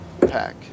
pack